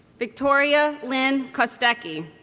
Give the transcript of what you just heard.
victoria lynne kostecki